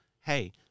hey